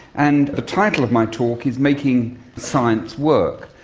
and the title of my talk is making science work.